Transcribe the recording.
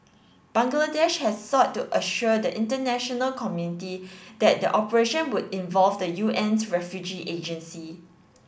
Bangladesh has sought to assure the international community that the operation would involve the UN's refugee agency